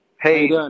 Hey